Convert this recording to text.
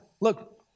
look